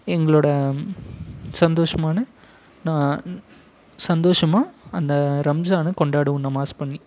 எங்களோட சந்தோஷமான சந்தோஷமாக அந்த ரம்ஸானை கொண்டாடுவோம் நமாஸ் பண்ணி